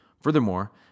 Furthermore